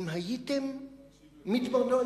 לא,